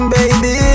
Baby